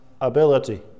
ability